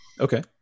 Okay